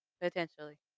potentially